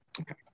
Okay